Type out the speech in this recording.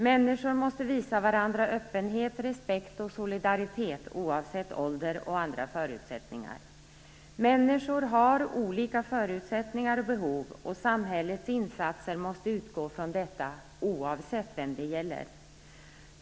Människor måste visa varandra öppenhet, respekt och solidaritet oavsett ålder och andra förutsättningar. Människor har olika förutsättningar och behov, och samhällets insatser måste utgå från detta oavsett vem det gäller.